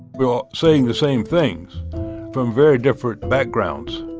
we're all saying the same things from very different backgrounds